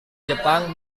jepang